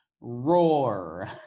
Roar